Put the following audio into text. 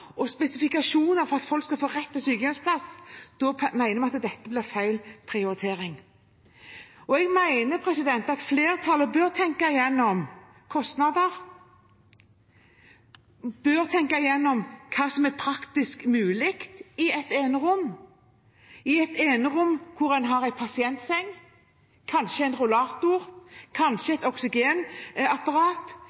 folk skal få rett til sykehjemsplass, mener Kristelig Folkeparti at dette blir feil prioritering. Jeg mener flertallet bør tenke gjennom kostnadene og hva som er praktisk mulig på et enerom hvor en har en pasientseng, kanskje en rullator, kanskje